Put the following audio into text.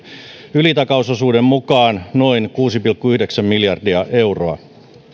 ylitakausosuuden mukaan noin kuusi pilkku yhdeksän miljardia euroa